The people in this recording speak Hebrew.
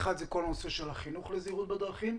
האחד, כל הנושא של החינוך לזהירות בדרכים,